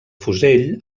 fusell